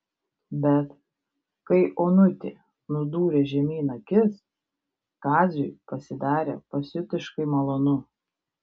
bet kai onutė nudūrė žemyn akis kaziui pasidarė pasiutiškai malonu